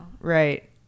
right